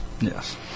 yes